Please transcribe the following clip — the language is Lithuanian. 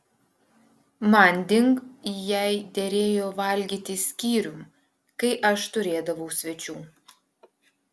manding jai derėjo valgyti skyrium kai aš turėdavau svečių